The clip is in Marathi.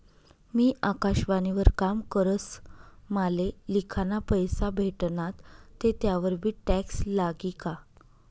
मी आकाशवाणी वर काम करस माले लिखाना पैसा भेटनात ते त्यावर बी टॅक्स लागी का?